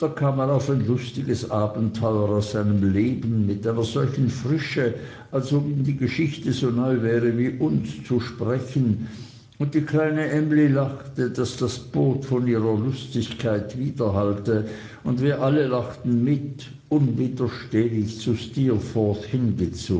auf ein lustiges abenteuer aus seinem leben mit einer solchen frische als ob ihm die geschichte so neu wäre wie uns zu sprechen und die kleine emly lachte daß das boot von ihrer lustigkeit widerhallte und wir alle lachten mit unwiderstehlich zu